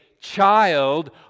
child